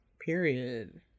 period